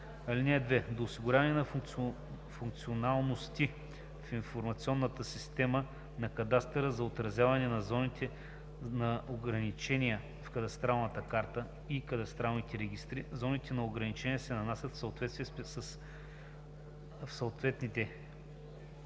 г.) (2) До осигуряване на функционалности в информационната система на кадастъра за отразяване на зоните на ограничения в кадастралната карта и кадастралните регистри, зоните на ограничения се нанасят в съответните специализирани